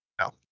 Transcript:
No